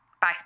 Bye